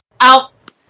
out